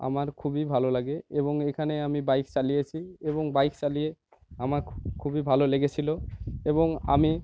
আমার খুবই ভালো লাগে এবং এইখানে আমি বাইক চালিয়েছি এবং বাইক চালিয়ে আমার খুবই ভালো লেগেছিলো এবং আমি